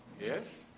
yes